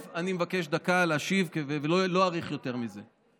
אני מבקש דקה להשיב, ולא אאריך יותר מזה.